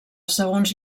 segons